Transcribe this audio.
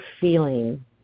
feeling